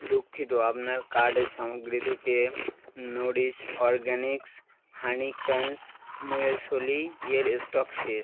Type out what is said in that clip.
দুঃখিত আপনার কার্টের সামগ্রী থেকে Nourish Organics honey crunch muesli এর স্টক শেষ